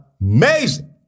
amazing